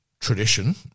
tradition